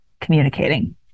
communicating